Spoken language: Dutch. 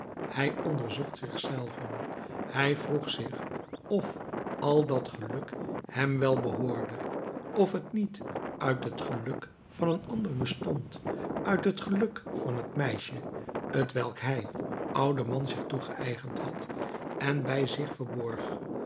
hij onderzocht zich zelven hij vroeg zich of al dat geluk hem wel behoorde of het niet uit het geluk van een ander bestond uit het geluk van het meisje t welk hij oude man zich toegeëigend had en bij zich verborg